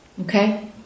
Okay